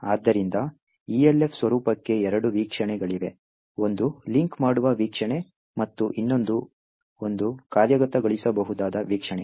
ಆದ್ದರಿಂದ Elf ಸ್ವರೂಪಕ್ಕೆ ಎರಡು ವೀಕ್ಷಣೆಗಳಿವೆ ಒಂದು ಲಿಂಕ್ ಮಾಡುವ ವೀಕ್ಷಣೆ ಮತ್ತು ಇನ್ನೊಂದು ಒಂದು ಕಾರ್ಯಗತಗೊಳಿಸಬಹುದಾದ ವೀಕ್ಷಣೆ